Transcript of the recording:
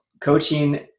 coaching